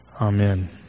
Amen